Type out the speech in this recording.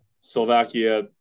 Slovakia